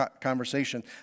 conversation